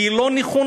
כי היא לא נכונה.